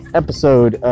episode